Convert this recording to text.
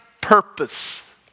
purpose